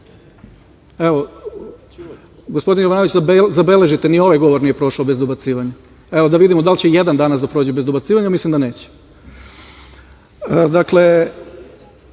gospodin Jovanović, zabeležite, ni ovaj govor nije prošao bez dobacivanja. Evo, da vidimo da li će ijedan danas da prođe bez dobacivanja, a mislim da neće. Dakle,